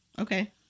Okay